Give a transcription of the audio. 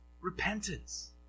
Repentance